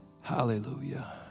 Hallelujah